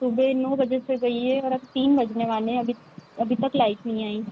सुबह नौ बजे से गई है और अब तीन बजने वाले हैं अभी अभी तक लाइट नहीं आई